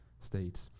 states